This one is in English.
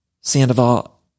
Sandoval